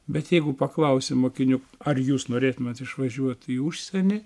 bet jeigu paklausi mokinių ar jūs norėtumėt išvažiuot į užsienį